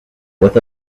with